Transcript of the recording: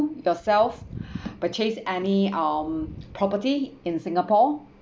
yourself purchase any um property in singapore